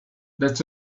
let